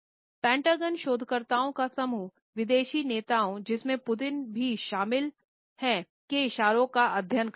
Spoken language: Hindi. पेंटागन शोधकर्ताओं का समूह विदेशी नेताओं जिसमें पुतिन भी शामिल के इशारों का अध्ययन करते हैं